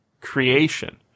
creation